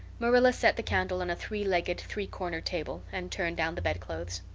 marilla set the candle on a three-legged, three-cornered table and turned down the bedclothes.